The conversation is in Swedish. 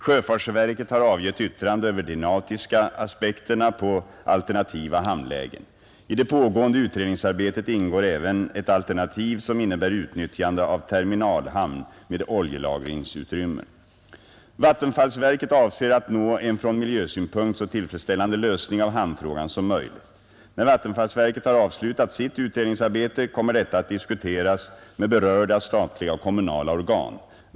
Sjöfartsverket har avgett yttrande över de nautiska aspekterna på alternativa hamnlägen. I det pågående utredningsarbetet ingår även ett alternativ som innebär utnyttjande av terminalhamn med oljelagringsutrymmen. Vattenfallsverket avser att nå en från miljösynpunkt så tillfredsställande lösning av hamnfrågan som möjligt. När vattenfallsverket har avslutat sitt utredningsarbete kommer detta att diskuteras med berörda statliga och kommunala organ.